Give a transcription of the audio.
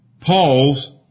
Paul's